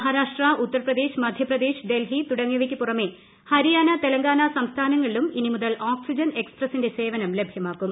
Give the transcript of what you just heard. മഹാരാഷ്ട്ര ഉത്തർപ്രദേശ് മധ്യപ്രദേശ് ഡൽഹി തുടങ്ങിയവക്ക് പുറമേ ഹരിയാന തെലങ്കാന സംസ്ഥാനങ്ങളിലും ഇനി മുതൽ ഓക്സിജൻ എക്സ്പ്രസിന്റെ സേവനം ലഭ്യമാകും